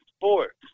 sports